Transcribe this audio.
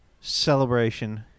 celebration